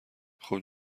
خوب